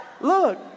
Look